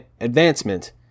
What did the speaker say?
advancement